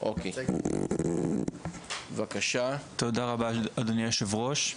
(באמצעות מצגת) תודה רבה, אדוני היו"ר.